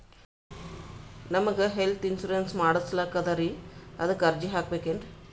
ನಮಗ health insurance ಮಾಡಸ್ಲಾಕ ಅದರಿ ಅದಕ್ಕ ಅರ್ಜಿ ಹಾಕಬಕೇನ್ರಿ?